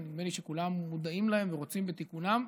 שנדמה לי שכולם מודעים להם ורוצים בתיקונם,